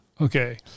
Okay